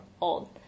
old